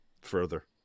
further